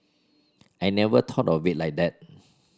I never thought of it like that